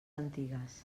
antigues